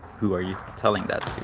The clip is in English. who are you telling that